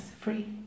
free